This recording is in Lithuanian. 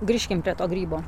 grįžkim prie to grybo